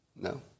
No